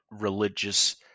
religious